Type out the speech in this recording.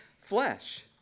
flesh